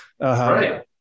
right